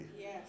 Yes